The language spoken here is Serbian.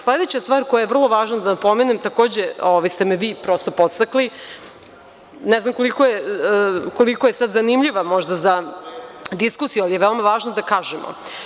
Sledeća stvar koja je vrlo važna da je pomenem, takođe ste mi vi prosto podstakli, ne znam koliko je sad zanimljiva možda za diskusiju, ali je veoma važna da kažemo.